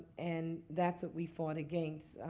and that's what we fought against.